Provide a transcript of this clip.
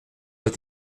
doit